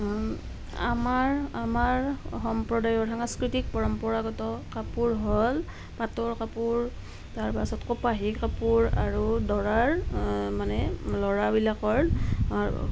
আমাৰ আমাৰ সম্প্ৰদায়ৰ সাংস্কৃতিক পৰম্পৰাগত কাপোৰ হ'ল পাটৰ কাপোৰ তাৰপাছত কপাহী কাপোৰ আৰু দৰাৰ মানে ল'ৰাবিলাকৰ